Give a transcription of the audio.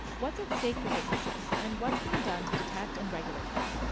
what's at stake for businesses and what's being done to detect and regulate them?